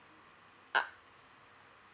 ah